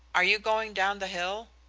are you going down the hill?